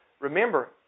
Remember